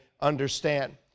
understand